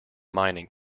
mining